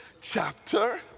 chapter